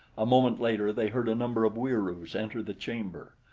a moment later they heard a number of wieroos enter the chamber.